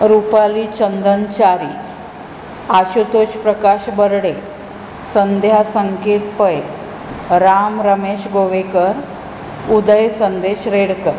Rupali Chandan Chari Ashitesh Prakash Barde Sandhya Sanket Pai Ram Ramesh Govekar Uday Sandesh Redkar